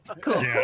Cool